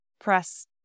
press